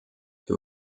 who